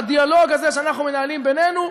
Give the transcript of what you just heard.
והדיאלוג הזה שאנחנו מנהלים בינינו,